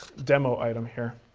demo item here.